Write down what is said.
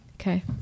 Okay